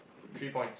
three points